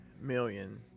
million